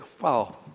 wow